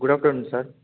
good afternoon sir